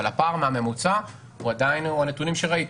אבל הפער מהממוצע זה הנתונים שראית.